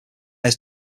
his